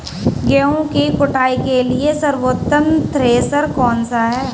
गेहूँ की कुटाई के लिए सर्वोत्तम थ्रेसर कौनसा है?